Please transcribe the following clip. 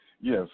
Yes